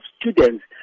students